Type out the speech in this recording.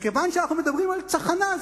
וכיוון שאנחנו מדברים על צחנה,